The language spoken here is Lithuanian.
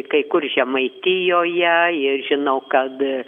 kai kur žemaitijoje ir žinau kad